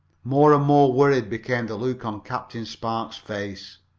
more and more worried became the look on captain spark's face.